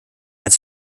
als